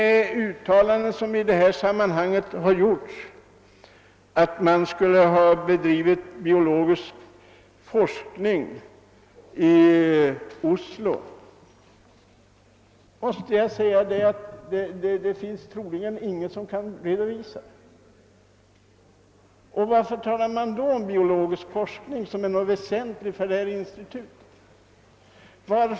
Nej, den biologiska forskning som enligt dessa uttalanden skulle ha bedrivits i Oslo finns det troligen ingen som kan redovisa. Varför talar man då om biologisk forskning som något väsentligt för det ifrågavarande institutet?